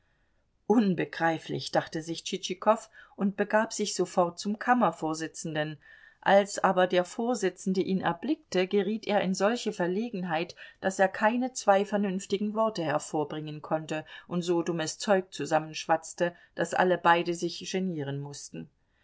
unbegreiflich dachte sich tschitschikow und begab sich sofort zum kammervorsitzenden als aber der vorsitzende ihn erblickte geriet er in solche verlegenheit daß er keine zwei vernünftigen worte hervorbringen konnte und so dummes zeug zusammenschwatzte daß alle beide sich genieren mußten